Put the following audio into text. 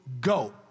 go